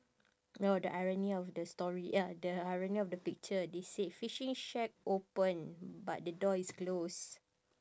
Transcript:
no the irony of the story ya the irony of the picture they said fishing shack open but the door is closed